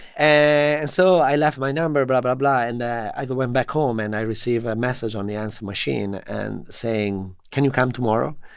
and so i left my number, blah, blah, blah. and i i went back home. and i receive a message on the answering machine, and saying, can you come tomorrow?